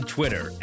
Twitter